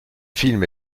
film